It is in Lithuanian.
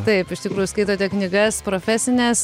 taip iš tikrųjų skaitote knygas profesines